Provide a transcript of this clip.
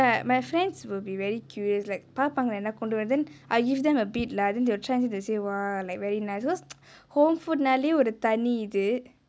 ya but then ya my friends will be very curious like பாப்பாங்கே நா என்ன கொண்டுவந்தே:paapanggae naa enna konduvanthae then I give them a bit lah then they will try and then they'll say !wah! like very nice because home food நாலே ஒரு தனி இது:naale oru thani ithu